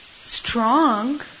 Strong